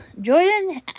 Jordan